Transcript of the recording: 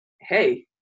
hey